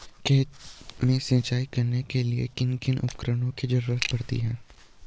खेत में सिंचाई करने के लिए किन किन उपकरणों की जरूरत पड़ती है?